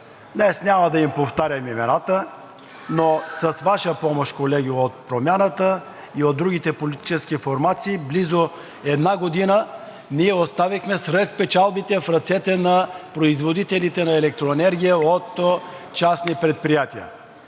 Днес няма да им повтарям имената, но с Ваша помощ, колеги от Промяната и от другите политически формации, близо една година ние оставихме свръхпечалбите в ръцете на производителите на електроенергия от частни предприятия.